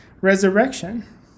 resurrection